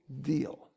deal